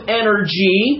energy